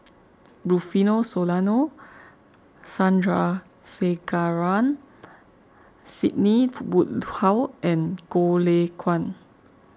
Rufino Soliano Sandrasegaran Sidney Woodhull and Goh Lay Kuan